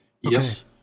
Yes